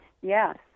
Yes